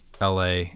LA